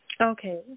Okay